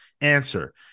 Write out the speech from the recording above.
Answer